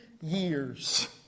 years